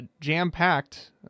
jam-packed